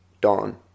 dawn